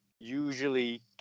usually